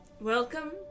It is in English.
Welcome